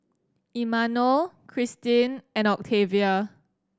Imanol Christin and Octavia